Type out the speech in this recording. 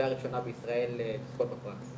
בערך שנה בישראל לזכות בפרס.